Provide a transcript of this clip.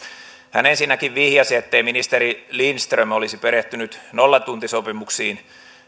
hän ensinnäkin vihjasi ettei ministeri lindström olisi perehtynyt nollatuntisopimuksiin